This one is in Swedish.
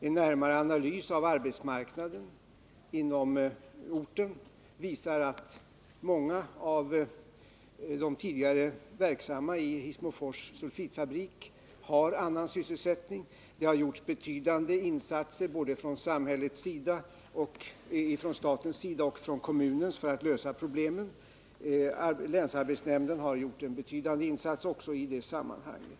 En närmare analys av arbetsmarknaden på orten visar att många av de tidigare inom Hissmofors sulfitfabrik verksamma har annan sysselsättning. Betydande insatser har gjorts från både statens och kommunens sida för att lösa problemen. Länsarbetsnämnden har också gjort en betydande insats i det sammanhanget.